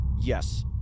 Yes